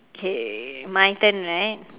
okay my turn right